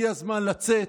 הגיע הזמן לצאת,